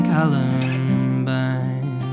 Columbine